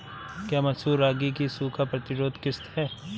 क्या मसूर रागी की सूखा प्रतिरोध किश्त है?